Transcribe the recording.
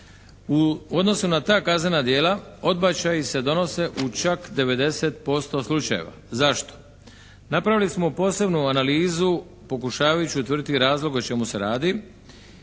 U odnosu na ta kaznena djela odbačaji se donose u čak 90% slučajeva. Zašto? Napravili smo posebnu analizu pokušavajući utvrditi razlog o čemu se radi,